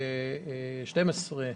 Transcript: נדמה לי,